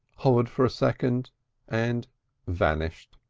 hovered for a second and vanished.